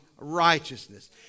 righteousness